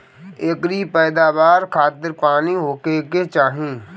एकरी पैदवार खातिर पानी होखे के चाही